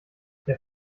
der